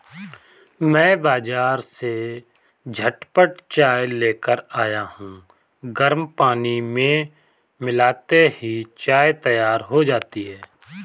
मैं बाजार से झटपट चाय लेकर आया हूं गर्म पानी में मिलाते ही चाय तैयार हो जाती है